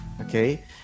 Okay